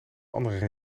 andere